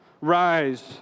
Rise